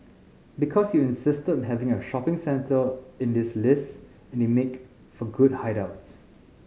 because you insisted on having a shopping centre in this list and they make for good hideouts